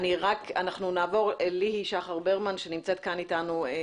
אנחנו נעבור אל ד"ר ליהי שחר ברמן שנוכחת כאן אתנו.